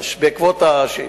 מחדש בעקבות השאילתא.